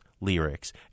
lyrics